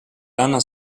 rana